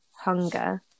Hunger